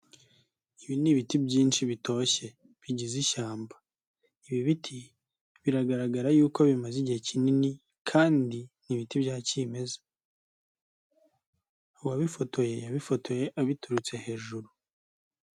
Ibi ni ibiti byinshi bitoshye bigize ishyamba, ibi biti biragaragara y'uko bimaze igihe kinini kandi ni ibiti byakimeza, uwabifotoye yabifotoye abiturutse hejuru.